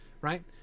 right